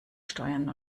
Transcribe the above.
steuern